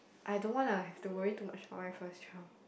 I don't wanna have to worry too much for my first child